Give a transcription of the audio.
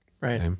Right